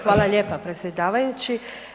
Hvala lijepa predsjedavajući.